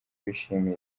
bishimiye